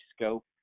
scope